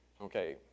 Okay